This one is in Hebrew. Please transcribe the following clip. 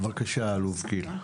בבקשה, האלוף גיל.